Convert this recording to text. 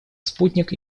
спутник